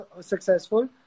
successful